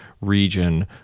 region